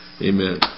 Amen